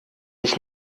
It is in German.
ich